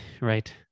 Right